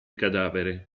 cadavere